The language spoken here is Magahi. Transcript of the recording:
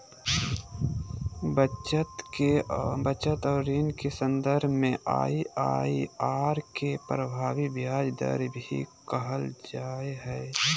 बचत और ऋण के सन्दर्भ में आइ.आइ.आर के प्रभावी ब्याज दर भी कहल जा हइ